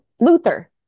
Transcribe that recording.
luther